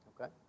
Okay